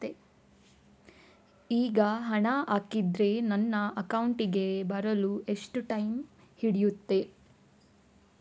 ಈಗ ಹಣ ಹಾಕಿದ್ರೆ ನನ್ನ ಅಕೌಂಟಿಗೆ ಬರಲು ಎಷ್ಟು ಟೈಮ್ ಹಿಡಿಯುತ್ತೆ?